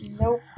Nope